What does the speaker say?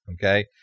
Okay